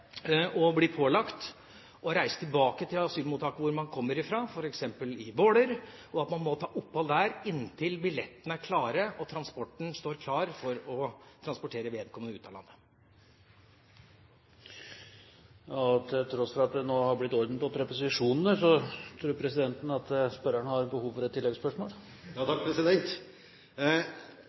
å bli pålagt å reise tilbake til asylmottaket hvor man kommer fra, f.eks. i Våler, og man må ta opphold der inntil billettene er klare og transporten står klar for å transportere vedkommende ut av landet. Til tross for at det nå har blitt orden på preposisjonene, tror presidenten at spørreren har behov for et tilleggsspørsmål. Ja, takk.